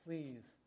Please